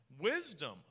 wisdom